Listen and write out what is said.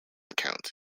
county